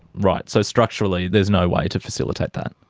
right, so, structurally there's no way to facilitate that?